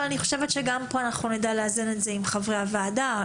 אבל אני חושבת שגם פה אנחנו נדע לאזן את זה עם חברי הוועדה.